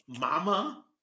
mama